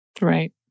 Right